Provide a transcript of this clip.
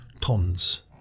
tons